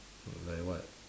like what